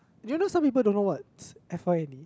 do you know someone don't know what's F_Y_N_A